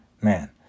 man